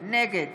נגד